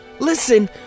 Listen